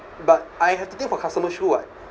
but I have to think for customer shoe what